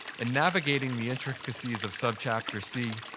in navigating the intricacies of subchapter c,